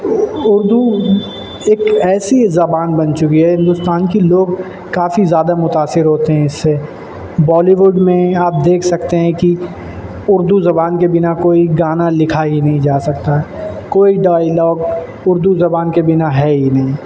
اردو ایک ایسی زبان بن چکی ہے ہندوستان کی لوگ کافی زیادہ متاثر ہوتے ہیں اس سے بالیوڈ میں آپ دیکھ سکتے ہیں کہ اردو زبان کے بنا کوئی گانا لکھا ہی نہیں جا سکتا کوئی ڈائلاگ اردو زبان کے بنا ہے ہی نہیں